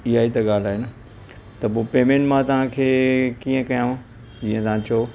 इहा ई त ॻाल्हि आहे न त पोइ पेंमेंट मां तव्हांखे कीअं कयांव जींअ तव्हां चओ